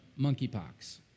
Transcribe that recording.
monkeypox